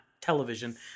television